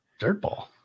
dirtball